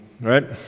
right